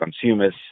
consumers